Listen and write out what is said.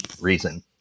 reason